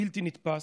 בלתי נתפס,